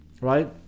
right